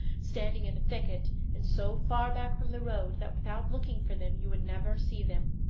standing in a thicket, and so far back from the road that without looking for them you would never see them.